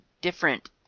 different